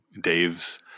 Dave's